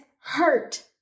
hurt